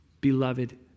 Beloved